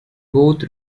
both